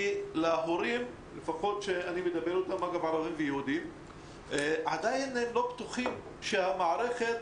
כי ההורים שלפחות אני מדבר איתם לא בטוחים שהמערכת